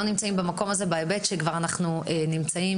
לא נמצאים במקום הזה בהיבט שכבר אנחנו נמצאים